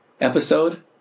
episode